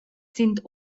sind